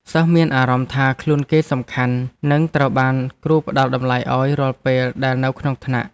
សិស្សមានអារម្មណ៍ថាខ្លួនគេសំខាន់និងត្រូវបានគ្រូផ្តល់តម្លៃឱ្យរាល់ពេលដែលនៅក្នុងថ្នាក់។